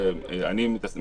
יש את הייעוץ המשפטי,